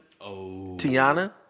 Tiana